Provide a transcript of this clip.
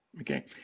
Okay